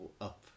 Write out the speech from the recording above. up